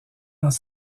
dans